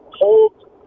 hold